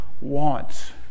wants